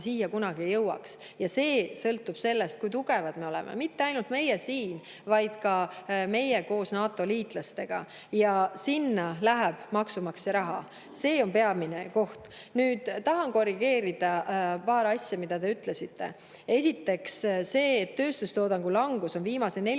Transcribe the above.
sõda kunagi siia jõuaks. See sõltub sellest, kui tugevad me oleme – mitte ainult meie siin, vaid meie koos NATO‑liitlastega. Sinna läheb maksumaksja raha, see on see peamine koht. Tahan korrigeerida paari asja, mis te ütlesite. Esiteks: see, et tööstustoodangu langus on viimase 14 aasta